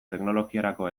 teknologiarako